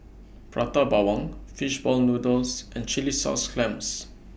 Prata Bawang Fish Ball Noodles and Chilli Sauce Clams